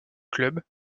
club